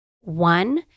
One